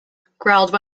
growled